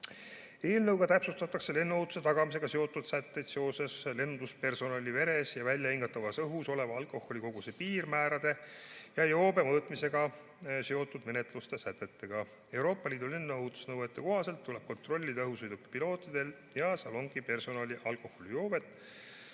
Eelnõuga täpsustatakse lennuohutuse tagamisega seotud sätteid seoses lennunduspersonali veres ja väljahingatavas õhus oleva alkoholikoguse piirmäärade ning joobe mõõtmisega seotud menetluslike sätetega. Euroopa Liidu lennuohutusnõuete kohaselt tuleb kontrollida õhusõiduki pilootide ja salongipersonali alkoholijoovet.